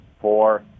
four